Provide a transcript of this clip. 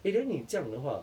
eh then 你这样的话